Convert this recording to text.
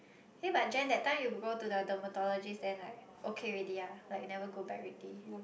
hey but Jen that time you go to the dermatologist then like okay already ah like you never go back already